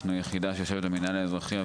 אנחנו יחידה שיושבת במינהל האזרחי,